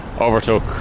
overtook